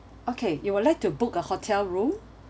okay you would like to book a hotel room